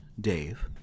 Dave